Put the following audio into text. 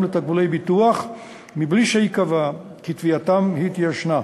לתגמולי ביטוח מבלי שייקבע כי תביעתם התיישנה.